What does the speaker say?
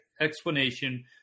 explanation